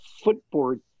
footboard